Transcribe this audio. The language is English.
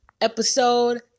episode